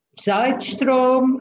Zeitstrom